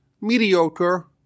mediocre